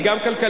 היא גם כלכלית,